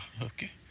okay